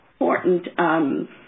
important